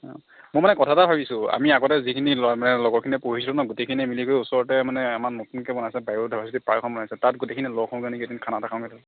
মই মানে কথা এটা ভাবিছোঁ আমি আগতে যিখিনি ল মানে লগৰখিনিয়ে পঢ়িছিলোঁ ন গোটেইখিনিয়ে মিলি গৈ ওচৰতে মানে আমাৰ নতুনকৈ বনাইছে বায়'ডাইভাৰ্চিটি পাৰ্ক এখন বনাইছে তাত গোটেইখিনি লগ হওঁগে নেকি এদিন খানা এটা খাওঁ গৈ তাত